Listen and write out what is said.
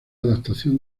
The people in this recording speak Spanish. adaptación